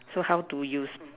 so how do you